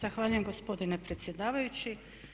Zahvaljujem gospodine predsjedavajući.